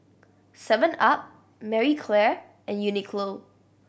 seven up Marie Claire and Uniqlo